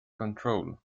control